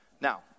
now